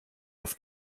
auf